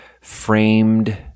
framed